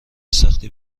سختی